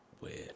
Weird